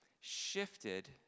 shifted